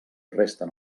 resten